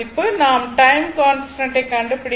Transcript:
நாம் time constant ஐக் கண்டுபிடிக்க வேண்டும்